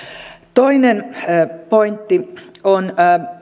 toinen pointti on